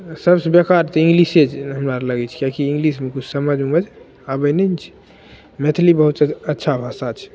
सबसँ बेकार तऽ इन्गलिशे हमे आरके लगै छै किएकि इन्गलिशमे किछु समझ उमझ आबै नहि ने छै मैथिली बहुत अच्छा भाषा छै